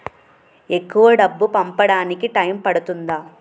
ఎక్కువ డబ్బు పంపడానికి టైం పడుతుందా?